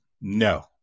No